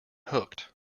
hooked